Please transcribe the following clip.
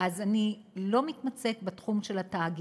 אז אני לא מתמצאת בתחום של התאגידים,